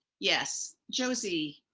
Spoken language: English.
yes, josie,